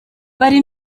bari